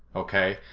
okay?